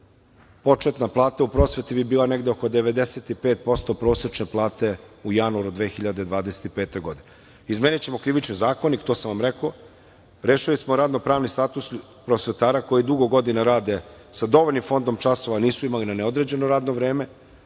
početna plata u prosveti bi bila negde oko 95% prosečne plate u januaru 2025. godine. Izmenićemo Krivični zakonik, to sam vam rekao. Rešili smo radno-pravni status prosvetara koji dugo godina rade. Sa dovoljnim fondom časova nisu imali na neodređeno radno vreme